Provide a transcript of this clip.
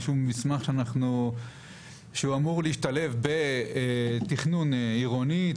זה איזה שהוא מסמך שאמור להשתלב בתכנון עירוני,